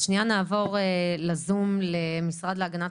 נעבור למשרד להגנת